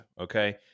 Okay